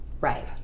right